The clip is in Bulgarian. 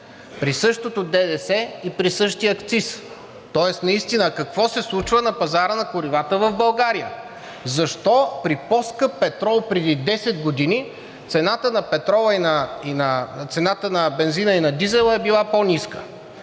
при същото ДДС и при същия акциз. Тоест наистина какво се случва на пазара на горивата в България? Защо при по-скъп петрол преди 10 години, цената на бензина и на дизела е била по-ниска?